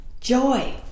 joy